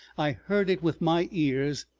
i heard it with my ears.